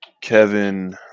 kevin